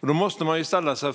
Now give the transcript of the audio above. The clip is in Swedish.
Man måste fråga sig